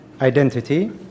identity